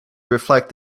reflect